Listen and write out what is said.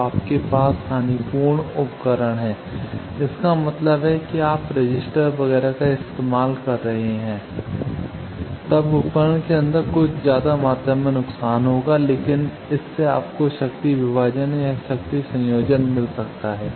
तो आपके पास हानिपूर्ण उपकरण है इसका मतलब है कि आप रेसिस्टर्स वगैरह का इस्तेमाल कर सकते हैं तब उपकरण के अंदर कुछ ज्यादा मात्रा में नुकसान होगा लेकिन इससे आपको शक्ति विभाजन या शक्ति संयोजन मिल सकता है